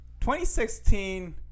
2016